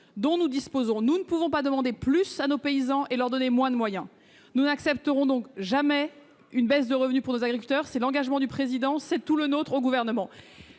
dont nous disposons. Nous ne pouvons pas demander plus à nos paysans et leur donner moins de moyens ! Nous n'accepterons jamais une baisse de revenus pour nos agriculteurs : c'est l'engagement du Président ; c'est celui du Gouvernement.